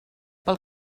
pel